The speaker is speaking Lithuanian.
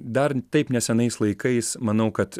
dar taip nesenais laikais manau kad